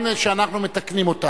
כאן טעות שאנחנו מתקנים אותה.